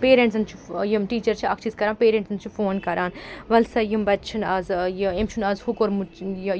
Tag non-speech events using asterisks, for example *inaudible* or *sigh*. پیرٮ۪نٛٹسَن چھِ *unintelligible* یِم ٹیٖچَر چھِ اَکھ چیٖز کَران پیرٮ۪نٛٹَن چھِ فون کَران وَل سا یِم بَچہِ چھِنہٕ آزٕ یہِ أمۍ چھُنہٕ آز ہُہ کوٚرمُت